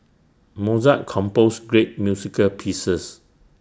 Mozart composed great musical pieces